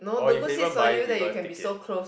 or you can even buy people ticket